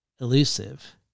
elusive